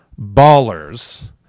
ballers